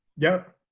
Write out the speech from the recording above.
yep.